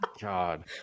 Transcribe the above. God